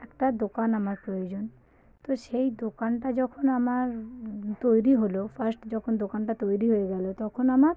একটা দোকান আমার প্রয়োজন তো সেই দোকানটা যখন আমার তৈরি হলো ফার্স্ট যখন দোকানটা তৈরি হয়ে গেলো তখন আমার